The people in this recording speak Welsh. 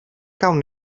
gawn